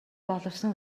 боловсон